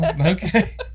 Okay